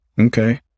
Okay